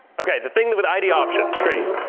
ok. the thing that would id options, great.